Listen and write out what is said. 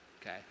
Okay